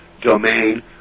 domain